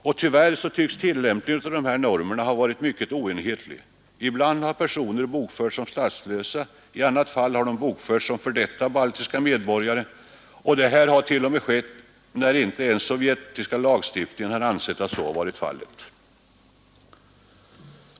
Och tyvärr tycks tillämpningen av dessa normer ha varit mycket oenhetlig. Ibland har personer bokförts som statslösa, i andra fall har de bokförts som f. d. baltiska medborgare — och detta har t.o.m. skett, när inte ens den sovjetiska lagstiftningen ansett att så var fallet.